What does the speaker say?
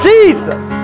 Jesus